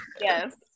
yes